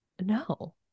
No